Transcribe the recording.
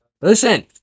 Listen